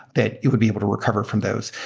that you would be able to recover from those.